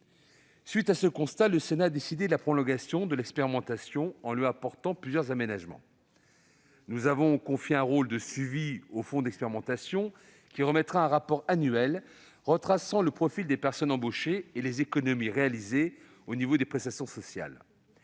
suite de ce constat, le Sénat a décidé la prolongation de l'expérimentation en lui apportant plusieurs aménagements. Nous avons confié un rôle de suivi au fonds d'expérimentation qui remettra un rapport annuel retraçant le profil des personnes embauchées et les économies réalisées en termes de prestations sociales.